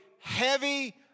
heavy